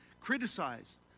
criticized